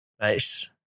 Nice